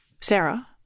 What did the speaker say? Sarah